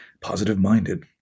positive-minded